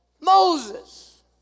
Moses